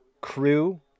Crew